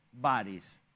bodies